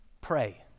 Pray